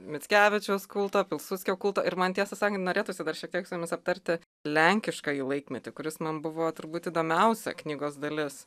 mickevičiaus kultą pilsudskio kultą ir man tiesą sakant norėtųsi dar šiek tiek su jumis aptarti lenkiškąjį laikmetį kuris man buvo turbūt įdomiausia knygos dalis